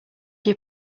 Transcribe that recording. your